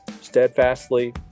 steadfastly